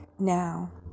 now